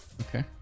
Okay